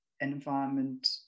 environment